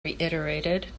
reiterated